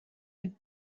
would